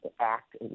Act